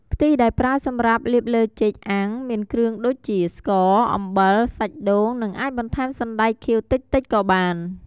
ខ្ទិះដែលប្រើសម្រាប់លាបលើចេកអាំង មានគ្រឿងដូចជាស្ករ អំបិល សាច់ដូង និងអាចបន្ថែមសណ្តែកខៀវតិចៗក៏បាន។